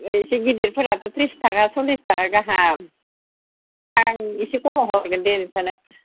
एसे गेदेरफोराथ' थ्रिस थाखा सरलिस थाखा गाहाम आं एसे खमाव हरगोन दे नोंसानो